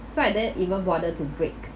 so I didn't even bother to brake